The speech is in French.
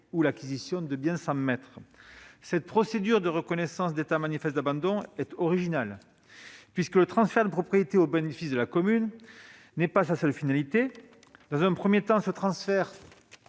ou l'acquisition des biens sans maître. La procédure de reconnaissance d'état d'abandon manifeste est originale, puisque le transfert de propriété au bénéfice de la commune n'est pas sa seule finalité. Dans un premier temps, ce transfert